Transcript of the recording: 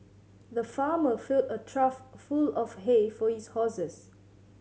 the farmer filled a trough full of hay for his horses